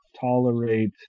tolerate